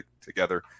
together